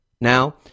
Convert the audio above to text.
Now